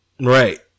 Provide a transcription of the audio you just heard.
Right